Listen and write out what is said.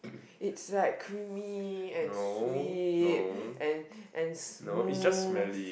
it's like creamy and sweet and and smooth